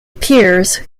appears